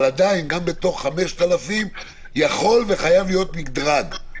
אבל עדיין, גם בתוך 5,000 יכול וחייב להיות מדרג.